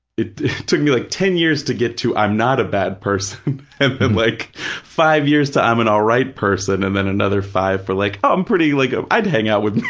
it took me like ten years to get to, i'm not a bad person and then like five years to i'm an all right person and then another five for like, oh, i'm pretty, like ah i'd hang out with